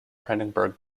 brandenburg